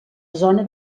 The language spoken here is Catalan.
zona